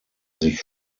sich